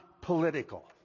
political